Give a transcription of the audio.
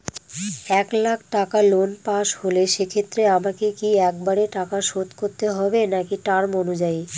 এক লাখ টাকা লোন পাশ হল সেক্ষেত্রে আমাকে কি একবারে টাকা শোধ করতে হবে নাকি টার্ম অনুযায়ী?